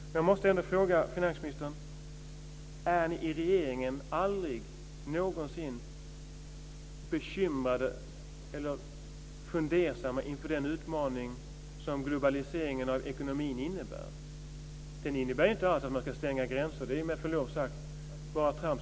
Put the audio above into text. Men jag måste ändå fråga finansministern: Är ni i regeringen aldrig någonsin bekymrade eller fundersamma inför den utmaning som globaliseringen av ekonomin innebär? Den innebär ju inte alls att man ska stänga gränser. Det är med förlov sagt bara trams.